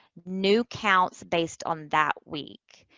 new counts based on that week.